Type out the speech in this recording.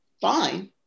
fine